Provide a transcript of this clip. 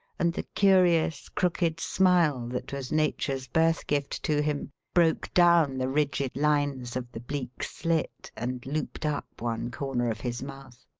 and the curious crooked smile that was nature's birth-gift to him broke down the rigid lines of the bleak slit and looped up one corner of his mouth.